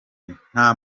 nta